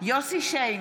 יוסף שיין,